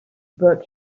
book